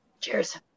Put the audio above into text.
Cheers